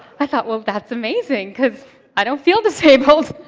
i thought, well, that's amazing, because i don't feel disabled.